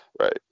Right